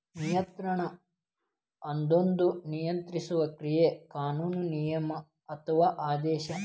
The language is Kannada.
ನಿಯಂತ್ರಣ ಅದೊಂದ ನಿಯಂತ್ರಿಸುವ ಕ್ರಿಯೆ ಕಾನೂನು ನಿಯಮ ಅಥವಾ ಆದೇಶ